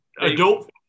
adult